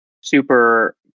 super